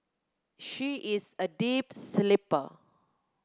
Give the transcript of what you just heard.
she is a deep sleeper